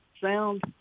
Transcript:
sound